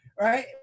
right